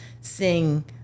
sing